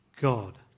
God